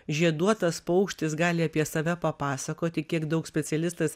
žieduotas paukštis gali apie save papasakoti kiek daug specialistas